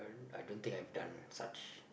I don't think I have done such